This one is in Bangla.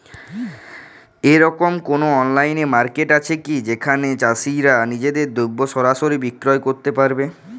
এরকম কোনো অনলাইন মার্কেট আছে কি যেখানে চাষীরা নিজেদের দ্রব্য সরাসরি বিক্রয় করতে পারবে?